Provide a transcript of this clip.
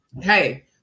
Hey